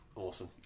awesome